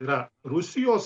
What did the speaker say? yra rusijos